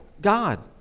God